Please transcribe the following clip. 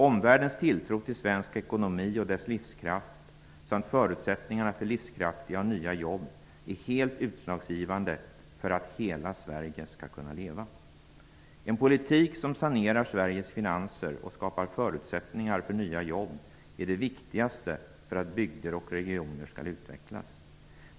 Omvärldens tilltro till svensk ekonomi och dess livskraft samt förutsättningarna för livskraftiga och nya jobb är helt utslagsgivande för att hela Sverige skall kunna leva. En politik som sanerar Sveriges finanser och skapar förutsättningar för nya jobb är det viktigaste för att bygder och regioner skall utvecklas.